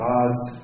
God's